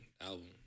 album